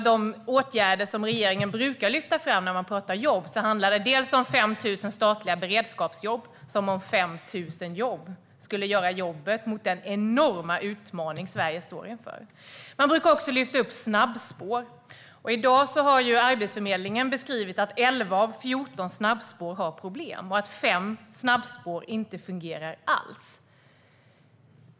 De åtgärder regeringen brukar lyfta fram när man pratar jobb handlar bland annat om 5 000 statliga beredskapsjobb - som om 5 000 jobb skulle göra jobbet mot den enorma utmaning Sverige står inför. Man brukar också lyfta upp snabbspår. I dag har Arbetsförmedlingen beskrivit att 11 av 14 snabbspår har problem och att 5 snabbspår inte fungerar alls.